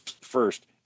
First